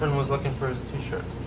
and was looking for his t-shirt.